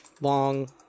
long